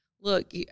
look